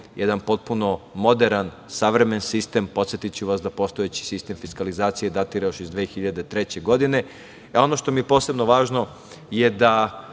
jedan potpuno moderan, savremen sistem. Podsetiću vas da postojeći sistem fiskalizacije datira još iz 2003. godine. Ono što mi je posebno važno je da